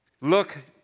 Look